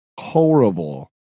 horrible